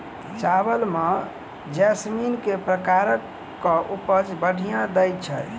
चावल म जैसमिन केँ प्रकार कऽ उपज बढ़िया दैय छै?